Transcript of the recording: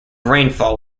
rainfall